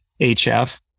HF